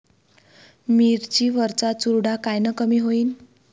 मिरची वरचा चुरडा कायनं कमी होईन?